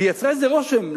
והיא יצרה איזה רושם,